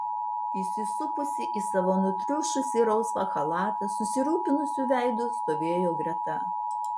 įsisupusi į savo nutriušusį rausvą chalatą susirūpinusiu veidu stovėjo greta